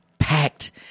Packed